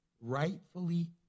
rightfully